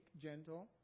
gentle